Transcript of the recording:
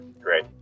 Great